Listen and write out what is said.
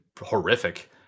horrific